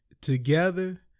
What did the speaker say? together